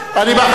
ראש הממשלה,